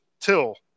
till